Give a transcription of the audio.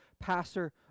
passer